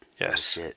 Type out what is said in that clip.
Yes